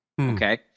okay